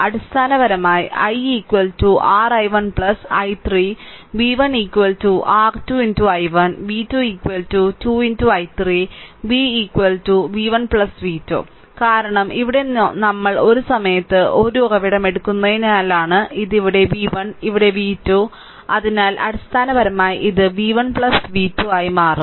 അടിസ്ഥാനപരമായി i r i1 i3 v1 r 2 i1 v2 2 i3 v v1 v2 കാരണം ഇവിടെ നമ്മൾ ഒരു സമയത്ത് ഒരു ഉറവിടം എടുക്കുന്നതിനാലാണ് ഇത് ഇവിടെ v1 ഇവിടെ v2 അതിനാൽ അടിസ്ഥാനപരമായി ഇത് v1 v2 ആയി മാറും